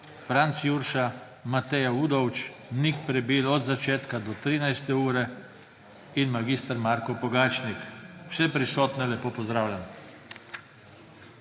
Franc Jurša, Mateja Udovč, Nik Prebil od začetka do 13. ure in mag. Marko Pogačnik. Vse prisotne lepo pozdravljam.